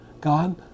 God